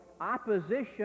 opposition